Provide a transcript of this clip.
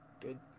good